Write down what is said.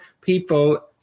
people